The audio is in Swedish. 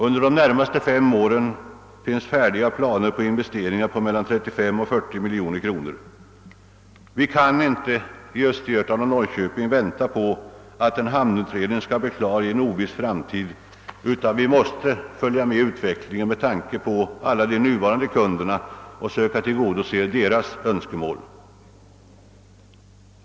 För de närmaste fem åren finns färdiga planer på investeringar uppgående till 35—40 miljoner kronor. Vi kan inte i Östergötland och Norrköping vänta på att en hamnutredning skall bli klar i en oviss framtid, utan vi måste följa med utvecklingen med tanke på alla de nuvarande kunderna och försöka tillgodose deras önskemål.